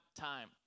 time